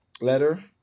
Letter